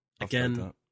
Again